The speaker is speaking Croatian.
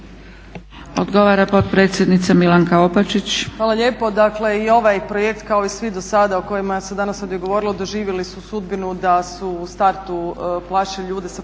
Odgovara potpredsjednica Milanka Opačić.